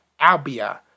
albia